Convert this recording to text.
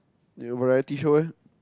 your variety show eh